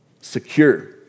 secure